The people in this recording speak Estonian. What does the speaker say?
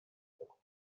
tõmmata